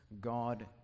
God